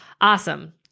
Awesome